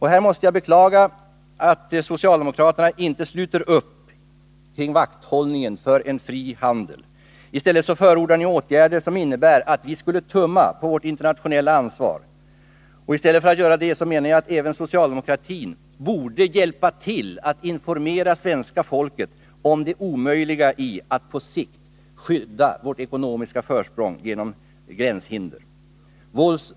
Här måste jag beklaga att socialdemokraterna inte sluter upp i vakthållningen om en fri handel. I stället för att förorda åtgärder som innebär att vi skulle tumma på vårt internationella ansvar borde även socialdemokratin hjälpa till att informera svenska folket om det omöjliga i att på sikt skydda vårt ekonomiska försprång genom gränshinder.